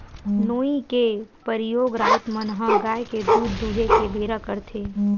नोई के परियोग राउत मन ह गाय के दूद दूहें के बेरा करथे